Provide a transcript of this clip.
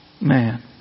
Man